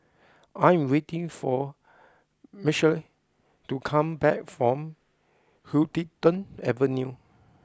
I am waiting for Michale to come back from Huddington Avenue